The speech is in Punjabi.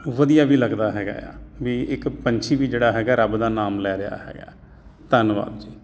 ਵਧੀਆ ਵੀ ਲੱਗਦਾ ਹੈਗਾ ਆ ਵੀ ਇੱਕ ਪੰਛੀ ਵੀ ਜਿਹੜਾ ਹੈਗਾ ਰੱਬ ਦਾ ਨਾਮ ਲੈ ਰਿਹਾ ਹੈਗਾ ਧੰਨਵਾਦ ਜੀ